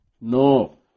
No